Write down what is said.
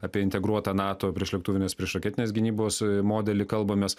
apie integruotą nato priešlėktuvinės priešraketinės gynybos modelį kalbamės